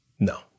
no